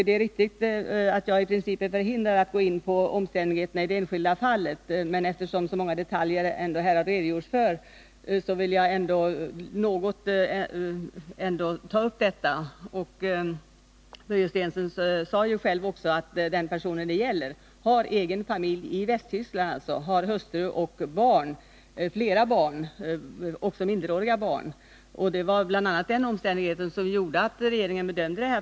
Det är riktigt att jag i princip är förhindrad att gå in på omständigheterna i detta enskilda fall, men eftersom det ändå här har redogjorts för så många detaljer vill jag säga något. Börje Stensson sade ju själv att den person det här gäller har sin familj — hustru och flera barn, därav några minderåriga — i Västtyskland. Det var bl.a. den omständigheten som låg till grund för regeringens bedömning.